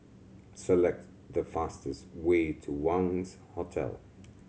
select the fastest way to Wangz Hotel